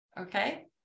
okay